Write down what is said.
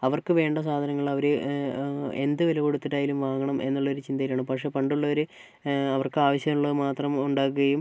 അവർക്ക് വേണ്ട സാധനങ്ങളവര് എന്ത് വില കൊടുത്തിട്ടായാലും വാങ്ങണം എന്നുള്ളൊരു ചിന്തയിലാണ് പക്ഷേ പണ്ടുള്ളവര് അവർക്ക് ആവശ്യമുള്ളത് മാത്രം ഉണ്ടാക്കുകയും